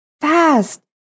fast